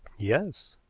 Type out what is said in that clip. yes.